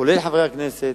כולל חברי הכנסת,